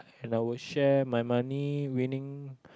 and I will share my money winning